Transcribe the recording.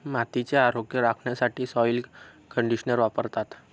मातीचे आरोग्य राखण्यासाठी सॉइल कंडिशनर वापरतात